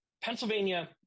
pennsylvania